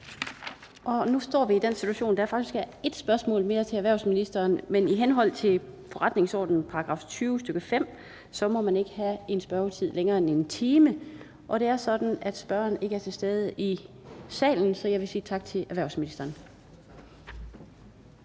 Nu står vi i den situation, at der faktisk er et spørgsmål mere til erhvervsministeren, men i henhold til forretningsordenens § 20, stk. 5, må spørgetiden til en enkelt minister ikke vare længere end 1 time. Og det er sådan, at spørgeren ikke er til stede i salen, så jeg vil sige tak til erhvervsministeren.